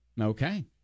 Okay